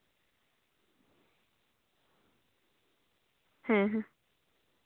ᱦᱮᱸ ᱦᱮᱸ